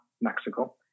Mexico